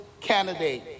candidate